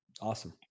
Awesome